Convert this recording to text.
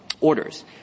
orders